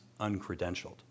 uncredentialed